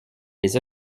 les